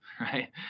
right